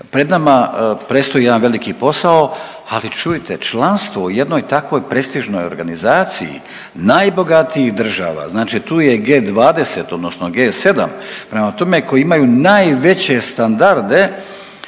Pred nama predstoji jedan veliki posao, ali čujte, članstvo u jednoj takvoj prestižnoj organizaciji, najbogatijih država, znači tu je G20, odnosno G7, prema tome, koji imaju najveće standarde,